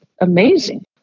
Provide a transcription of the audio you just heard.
amazing